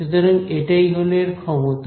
সুতরাং এটাই হল এর ক্ষমতা